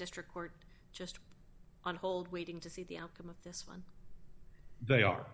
district court just on hold waiting to see the outcome of this when they are